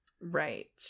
Right